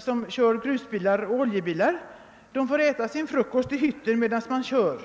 som chaufförer av grusbilar och oljebilar har berättat att det gör: de får äta sin frukost i hytten medan de kör.